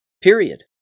Period